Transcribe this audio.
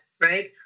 right